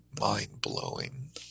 mind-blowing